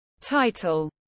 Title